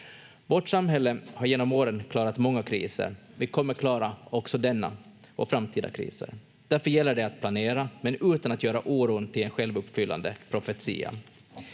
Vårt samhälle har genom åren klarat många kriser. Vi kommer klara också denna och framtida kriser. Därför gäller det att planera, men utan att göra oron till en självuppfyllande profetia.